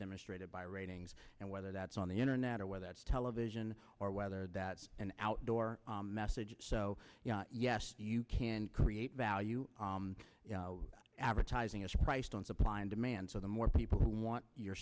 demonstrated by ratings and whether that's on the internet or whether it's television or whether that's an outdoor message so yes you can create value advertising is priced on supply and demand so the more people who want your